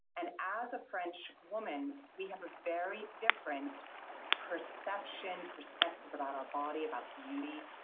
and as a french woman, we have a very different perception perspective about our body, about beauty,